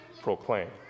proclaim